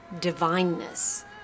divineness